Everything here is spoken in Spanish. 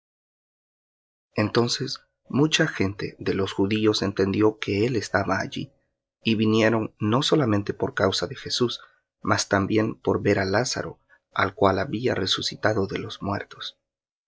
entonces mucha gente de los judíos entendió que él estaba allí y vinieron no solamente por causa de jesús mas también por ver á lázaro al cual había resucitado de los muertos